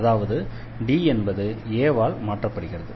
அதாவது D என்பது a ஆல் மாற்றப்படுகிறது